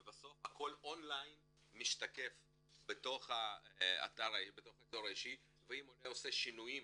ובסוף הכל משתקף און ליין בתוך האזור האישי ואם העולה עושה שינויים